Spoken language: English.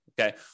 Okay